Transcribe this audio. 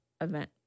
event